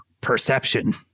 Perception